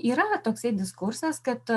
yra toksai diskursas kad